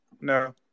No